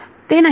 ते नाही करत